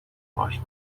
باهاش